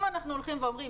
אם אנחנו הולכים ואומרים,